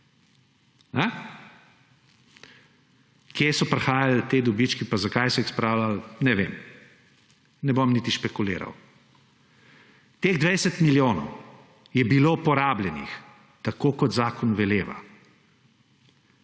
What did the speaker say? kod so prihajali ti dobički pa zakaj so jih spravljali, ne vem, ne bom niti špekuliral. Teh 20 milijonov je bilo porabljenih tako, kot zakon veleva.